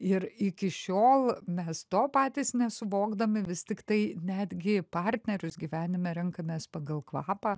ir iki šiol mes to patys nesuvokdami vis tiktai netgi partnerius gyvenime renkamės pagal kvapą